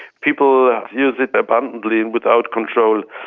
people use it abundantly and without control.